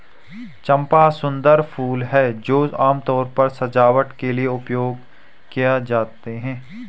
चंपा सुंदर फूल हैं जो आमतौर पर सजावट के लिए उपयोग किए जाते हैं